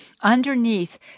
underneath